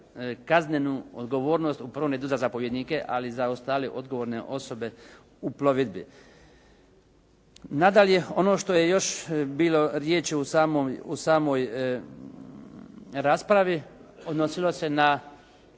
kaznenu odgovornost u prvom redu za zapovjednike ali i za ostale odgovorne osobe u plovidbi. Nadalje, ono što je još bilo riječi u samoj raspravi odnosilo se na